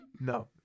no